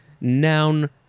noun